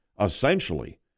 essentially